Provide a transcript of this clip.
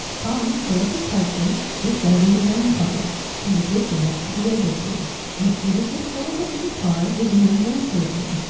tom, philippa's husband, was driving his own car he was rich enough to be able to and seated with philippa in the car was an unknown person,